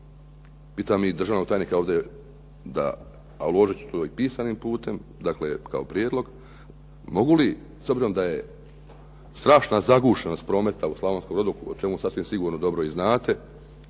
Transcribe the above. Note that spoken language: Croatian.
Pitamo mi državnog tajnika ovdje, a uložiti ću to i pisanim putem, dakle kao prijedlog mogu li, s obzirom da je strašna zagušenost prometa u Slavonskom Brodu, o čemu sasvim sigurno dobro i znate